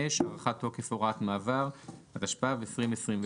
5)(הארכת תוקף הוראת מעבר), התשפ"ב-2022